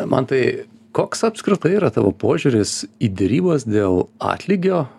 mantai koks apskritai yra tavo požiūris į derybas dėl atlygio